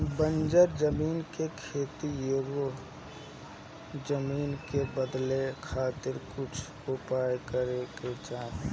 बंजर जमीन के खेती योग्य जमीन में बदले खातिर कुछ उपाय करे के चाही